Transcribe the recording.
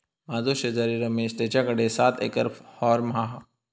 माझो शेजारी रमेश तेच्याकडे सात एकर हॉर्म हा